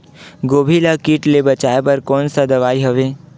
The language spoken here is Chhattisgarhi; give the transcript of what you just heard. गोभी ल कीट ले बचाय बर कोन सा दवाई हवे?